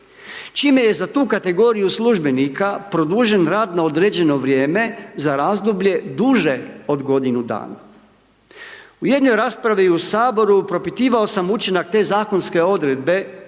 čime je za tu kategoriju službenika produžen rad na određeno vrijeme za razdoblje duže od godinu dana. U jednoj raspravi u HS-u propitivao sam učinak te zakonske odredbe